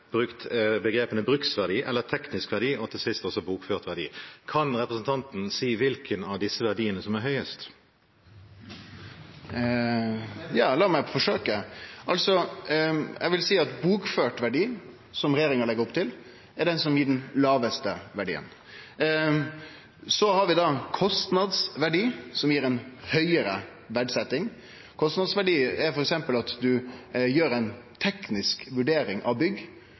brukt. Kan representanten si hvilken av disse verdiene som er høyest? Lat meg forsøkje: Eg vil seie at bokført verdi, som regjeringa legg opp til, er det som gir den lågaste verdien. Så har vi kostnadsverdi, som gir ei høgare verdsetjing. Kostnadsverdi er f.eks. at ein gjer ei teknisk vurdering av bygg,